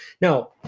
Now